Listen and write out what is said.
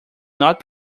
not